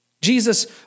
Jesus